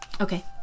Okay